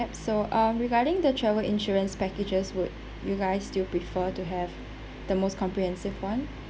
so um regarding the travel insurance packages would you guys still prefer to have the most comprehensive one